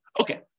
Okay